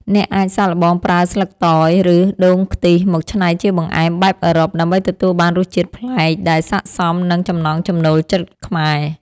អ្នកអាចសាកល្បងប្រើស្លឹកតយ ឬដូងខ្ទិះមកច្នៃជាបង្អែមបែបអឺរ៉ុបដើម្បីទទួលបានរសជាតិប្លែកដែលស័ក្តិសមនឹងចំណង់ចំណូលចិត្តខ្មែរ។